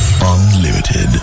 Unlimited